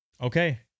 Okay